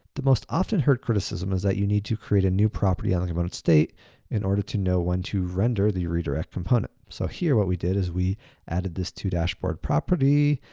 the most often heard criticism is that you need to create a new property and the state in order to know when to render the redirect component. so here, what we did is we added this todashboard property,